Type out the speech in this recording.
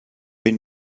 been